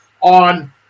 on